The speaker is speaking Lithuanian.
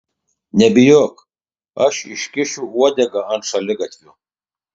nebijok aš iškišiu uodegą ant šaligatvio